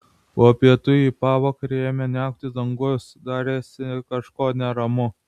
po pietų į pavakarę ėmė niauktis dangus darėsi kažko neramu